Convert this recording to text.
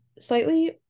slightly-